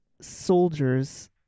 soldiers